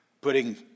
putting